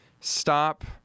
stop